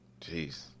Jeez